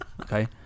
Okay